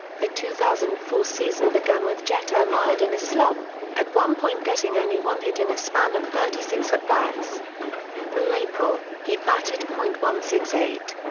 the two thousand and four season began with jeter mired in a slump, at one point getting only one hit in a span of thirty six at-bats through april, he batted point one six eight.